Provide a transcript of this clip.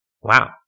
Wow